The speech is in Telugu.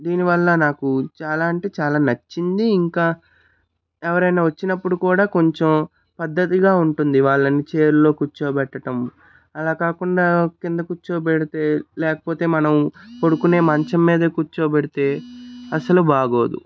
దీనివల్ల నాకు చాలా అంటే చాలా నచ్చింది ఇంకా ఎవరైనా వచ్చినప్పుడు కూడా కొంచెం పద్దతిగా ఉంటుంది వాళ్ళని చైర్ లో కూర్చోపెట్టడం అలా కాకుండా కింద కూర్చోపెడితే లేకపోతే మనం పడుకునే మంచం మీద కూర్చోబెడితే అస్సలు బాగోదు